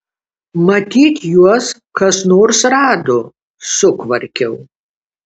matyt juos kas nors rado sukvarkiau